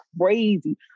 crazy